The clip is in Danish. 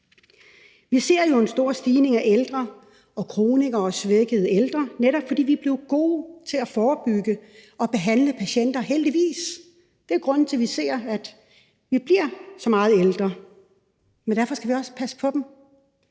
Vi ser jo en stor stigning af ældre og kronikere og svækkede ældre, netop fordi vi er blevet gode til at forebygge og behandle patienter, heldigvis. Det er jo grunden til, at vi ser, at vi bliver så meget ældre, men derfor skal vi også passe på dem.